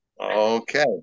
Okay